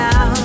Now